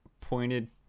pointed